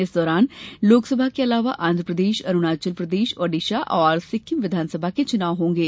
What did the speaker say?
इस दौरान लोकसभा के अलावा आंध्रप्रदेश अरूणाचल प्रदेश ओडिसा और सिक्किम विधान सभा के चुनाव होंगे